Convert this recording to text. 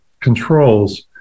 controls